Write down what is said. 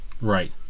Right